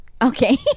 Okay